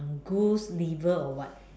goose liver or what